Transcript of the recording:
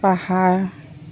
পাহাৰ